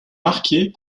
marquées